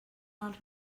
els